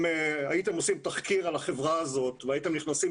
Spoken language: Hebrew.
אם הייתם עושים תחקיר על החברה הזאת והייתם נכנסים